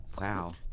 Wow